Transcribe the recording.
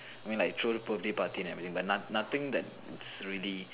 I mean like throw birthday party and everything but not nothing that's really